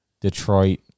Detroit